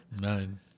Nine